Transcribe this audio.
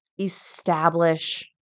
establish